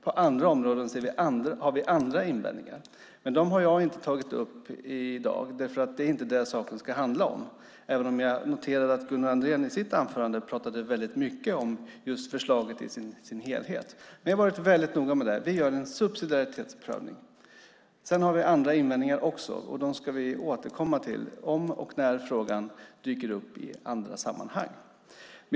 På andra områden har vi andra invändningar, men dem har jag inte tagit upp i dag, för det är inte det saken ska handla om, även om jag noterade att Gunnar Andrén i sitt anförande pratade väldigt mycket om förslaget i sin helhet. Vi har väldigt noga med detta: Vi gör en subsidiaritetsprövning. Sedan har vi andra invändningar också, och dem ska vi återkomma till om och när frågan dyker upp i andra sammanhang.